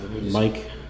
Mike